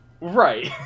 Right